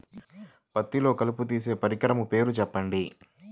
పత్తిలో కలుపు తీసే పరికరము పేరు చెప్పండి